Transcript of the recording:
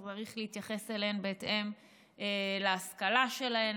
צריך להתייחס אליהן בהתאם להשכלה שלהן,